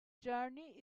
journey